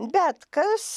bet kas